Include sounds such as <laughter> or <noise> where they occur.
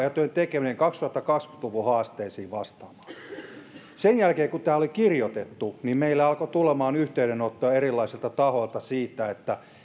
<unintelligible> ja työn tekeminen vastaamaan kaksituhattakaksikymmentä luvun haasteisiin sen jälkeen kun se oli kirjoitettu meille alkoi tulemaan yhteydenottoja erilaisilta tahoilta siitä että